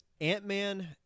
Ant-Man